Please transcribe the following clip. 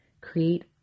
create